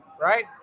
Right